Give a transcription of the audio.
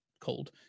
cold